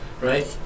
Right